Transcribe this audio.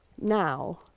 now